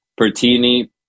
pertini